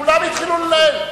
כולם התחילו לנהל.